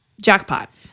jackpot